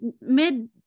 mid